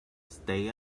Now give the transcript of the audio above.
stay